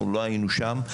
אנחנו לא היינו שם.